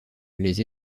les